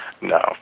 no